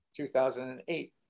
2008